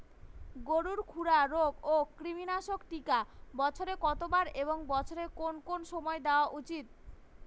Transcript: গরুর খুরা রোগ ও কৃমিনাশক টিকা বছরে কতবার এবং বছরের কোন কোন সময় দেওয়া উচিৎ?